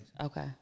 Okay